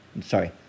sorry